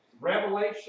Revelation